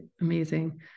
amazing